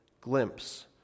glimpse